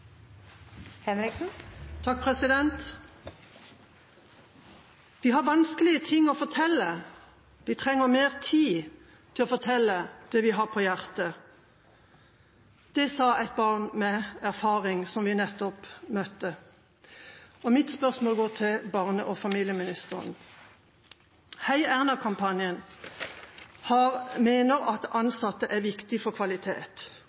Vi har vanskelige ting å fortelle; vi trenger mer tid til å fortelle det vi har på hjertet. Det sa et barn med erfaring som vi nettopp møtte. Mitt spørsmål går til barne- og familieministeren. #heierna-kampanjen mener at ansatte er viktig for kvalitet.